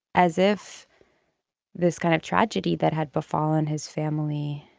as if this kind of tragedy that had befallen his family